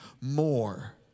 more